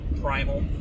primal